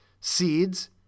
seeds